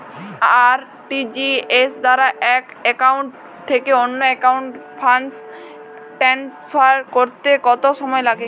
RTGS দ্বারা এক account থেকে অন্য একাউন্টে ফান্ড ট্রান্সফার করতে কত সময় লাগে?